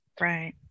Right